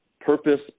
purpose